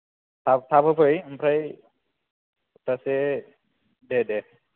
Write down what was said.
थाब थाब होफै ओमफ्राय दसे से दे दे